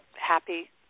happy